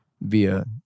via